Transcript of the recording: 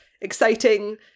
exciting